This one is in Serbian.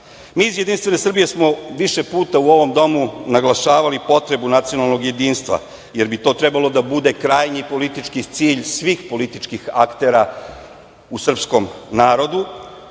iz Jedinstvene Srbije smo više puta u ovom domu naglašavali potrebu nacionalnog jedinstva, jer bi to trebalo da bude krajnji politički cilj svih političkih aktera u srpskom narodu